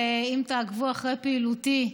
אם תעקבו אחרי פעילותי,